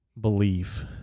belief